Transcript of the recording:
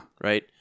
Right